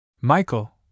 Michael